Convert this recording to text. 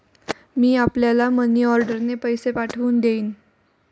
मी आपल्याला मनीऑर्डरने पैसे पाठवून देईन